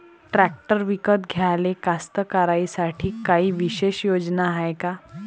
Tractor विकत घ्याले कास्तकाराइसाठी कायी विशेष योजना हाय का?